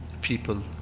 people